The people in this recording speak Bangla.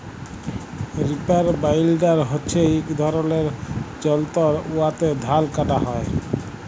রিপার বাইলডার হছে ইক ধরলের যল্তর উয়াতে ধাল কাটা হ্যয়